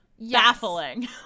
baffling